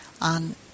on